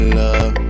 love